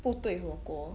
部队火锅